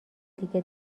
دیگه